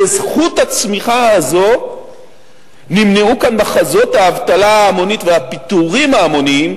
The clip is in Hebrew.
בזכות הצמיחה הזאת נמנעו כאן מחזות האבטלה ההמונית והפיטורים ההמוניים